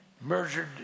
murdered